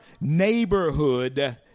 neighborhood